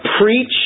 preach